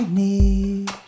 need